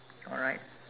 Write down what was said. alright